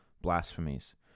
blasphemies